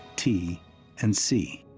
t and c.